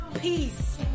peace